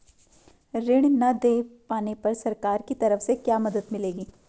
ऋण न दें पाने पर सरकार की तरफ से क्या मदद मिलेगी?